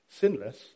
sinless